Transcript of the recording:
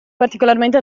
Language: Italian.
particolarmente